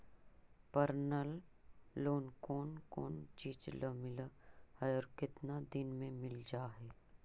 Personal loan कोन कोन चिज ल मिल है और केतना दिन में मिल जा है?